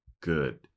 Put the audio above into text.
good